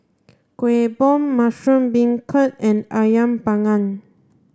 Kueh Bom mushroom beancurd and Ayam panggang